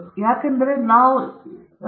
ಅಂದರೆ ನಾವು 20 ವರ್ಷಗಳಿಂದ ಎಲ್ಲಿ ಸಿಕ್ಕಿದ್ದೇವೆ